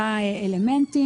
כשהשאלה שעמדה בבסיס העתירה